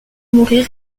mourir